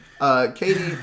Katie